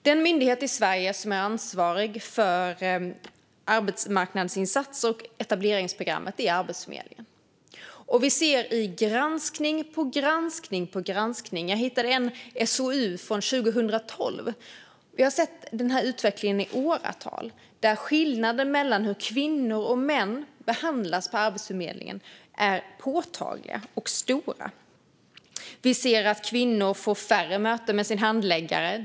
Den myndighet i Sverige som är ansvarig för arbetsmarknadsinsatser och etableringsprogrammet är Arbetsförmedlingen. Vi ser hur det ser ut i granskning på granskning. Jag hittade en SOU från 2012. Vi har sett utvecklingen i åratal. Skillnaderna mellan hur kvinnor och män behandlas på Arbetsförmedlingen är påtagliga och stora. Vi ser att kvinnor får färre möten med sin handläggare.